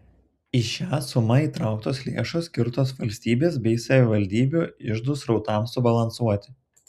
į šią sumą įtrauktos lėšos skirtos valstybės bei savivaldybių iždų srautams subalansuoti